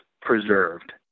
preserved